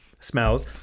smells